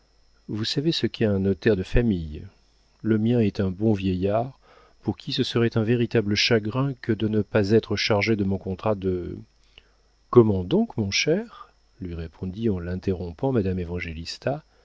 vous savez ce qu'est un notaire de famille le mien est un bon vieillard pour qui ce serait un véritable chagrin que de ne pas être chargé de mon contrat de comment donc mon cher lui répondit en l'interrompant madame évangélista